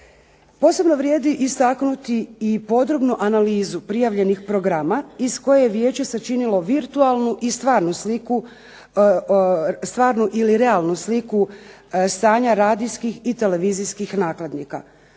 Posebno vrijedi istaknuti i podrobnu analizu prijavljenih programa iz koje je Vijeće sačinilo virtualnu i stvarnu sliku, stvarnu ili realnu sliku stanja radijskih i televizijskih nakladnika.